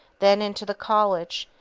then into the colleges,